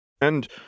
And